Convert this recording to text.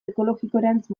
ekologikorantz